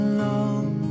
long